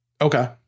Okay